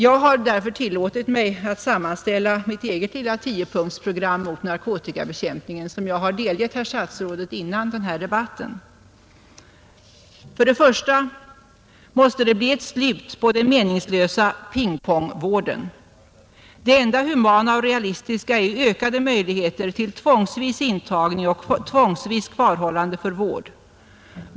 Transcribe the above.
Jag har därför tillåtit mig att sammanställa mitt eget tiopunktsprogram för narkotikabekämpningen som jag har delgivit herr statsrådet före denna debatt: 1. Slut på den meningslösa ”pingpongvården”. Det enda humana och realistiska är ökade möjligheter till tvångsvis intagning och tvångsvis kvarhållande för vård.